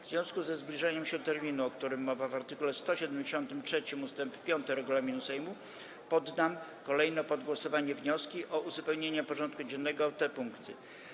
W związku ze zbliżaniem się terminu, o którym mowa w art. 173 ust. 5 regulaminu Sejmu, poddam kolejno pod głosowanie wnioski o uzupełnienie porządku dziennego o te punkty.